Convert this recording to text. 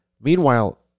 Meanwhile